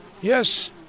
Yes